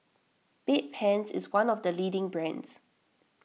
Bedpans is one of the leading brands